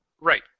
Right